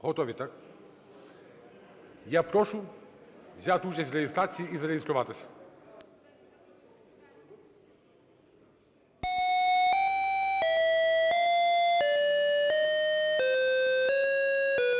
Готові, так? Я прошу взяти участь в реєстрації і зареєструватись. 16:02:32